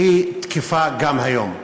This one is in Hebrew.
שהיא תקפה גם היום.